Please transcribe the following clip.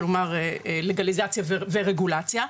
כלומר לגליזציה ורגולציה.